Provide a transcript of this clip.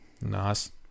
Nice